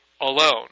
alone